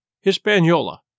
Hispaniola